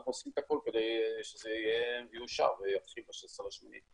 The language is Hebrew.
אנחנו עושים את הכל כדי שזה יאושר ויתחיל ב-16 לאוגוסט.